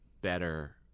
better